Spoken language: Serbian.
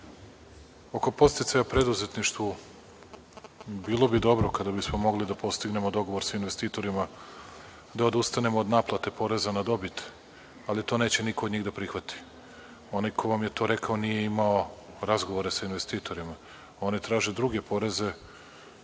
EU.Oko podsticaja preduzetništvu, bilo bi dobro kada bismo mogli da postignemo dogovor sa investitorima da odustanemo od naplate poreza na dobit, ali to neće niko od njih da prihvati. Onaj ko vam je to rekao nije imao razgovore sa investitorima. Oni traže druge poreze